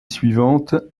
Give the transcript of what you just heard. suivante